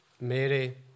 Mary